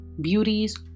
beauties